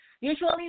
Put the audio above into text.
usually